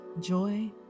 joy